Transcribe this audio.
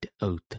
oath